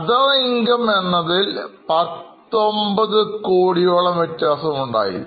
Other Income എന്നതിൽ19 crores വ്യത്യാസം ഉണ്ടായി